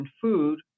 food